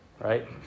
Right